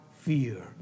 fear